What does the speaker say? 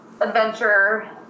adventure